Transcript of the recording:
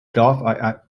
gulf